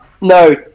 No